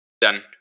done